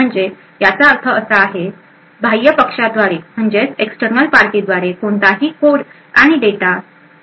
म्हणजे याचा अर्थ असा आहे की बाह्य पक्षा द्वारे कोणताही कोड आणि डेटा टेम्पर किंवा मॉडीफाय केला जाणार नाही